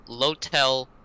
Lotel